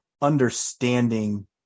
understanding